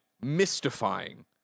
mystifying